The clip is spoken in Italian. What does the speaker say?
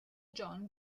john